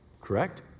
correct